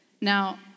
Now